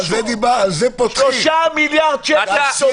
3 מיליארד שקל.